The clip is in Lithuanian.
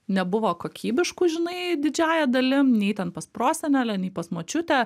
nebuvo kokybiškų žinai didžiąja dalim nei ten pas prosenelę nei pas močiutę